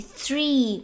three